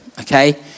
okay